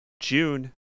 June